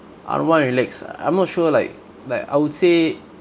unwind and relax ah I'm not sure like like I would say